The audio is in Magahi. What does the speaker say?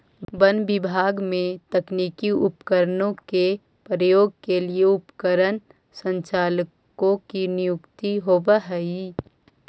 वन विभाग में तकनीकी उपकरणों के प्रयोग के लिए उपकरण संचालकों की नियुक्ति होवअ हई